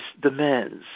demands